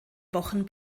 wochen